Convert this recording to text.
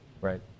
Right